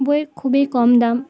বইয় খুবই কম দাম